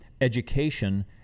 education